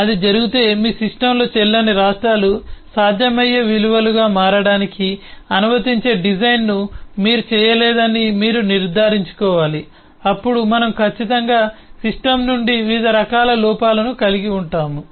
అది జరిగితే మీ సిస్టమ్లో చెల్లని రాష్ట్రాలు సాధ్యమయ్యే విలువలుగా మారడానికి అనుమతించే డిజైన్ను మీరు చేయలేదని మీరు నిర్ధారించుకోవాలి అప్పుడు మనము ఖచ్చితంగా సిస్టమ్ నుండి వివిధ రకాల లోపాలను కలిగి ఉంటాము